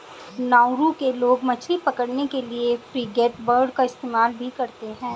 Nauru के लोग मछली पकड़ने के लिए फ्रिगेटबर्ड का इस्तेमाल भी करते हैं